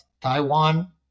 Taiwan